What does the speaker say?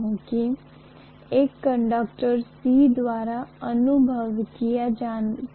इसलिए हम अनिवार्य रूप से चुंबकीय सर्किटों के साथ आगे भी जारी रखेंगे लेकिन हम निम्नानुसार विद्युत और चुंबकीय सर्किटों के बीच समानता हैं